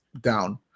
down